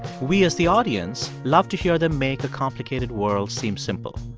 we, as the audience, love to hear them make a complicated world seem simple.